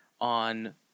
on